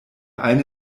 eine